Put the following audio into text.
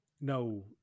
No